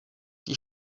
die